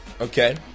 Okay